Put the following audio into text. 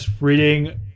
reading